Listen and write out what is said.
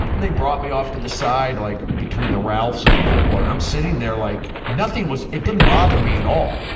they brought me off to the side like between the ralph's and the coldwater and i'm sitting there like nothing was it didn't bother me at all,